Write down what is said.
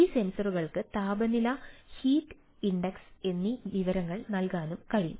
ഈ സെൻസറുകൾക്ക് താപനില ഹീറ്റ് ഇൻഡക്സ് എന്നീ വിവരങ്ങൾ നൽകാനും കഴിയും